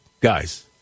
guys